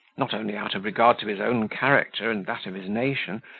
not only out of regard to his own character and that of his nation,